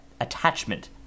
attachment